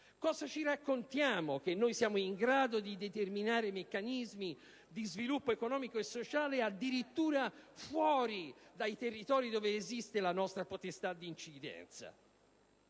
cosa raccontiamo che siamo in grado di determinare meccanismi di sviluppo economico e sociale addirittura fuori dai territori dove esiste la nostra potestà di incidenza?